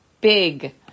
big